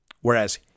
whereas